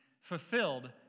fulfilled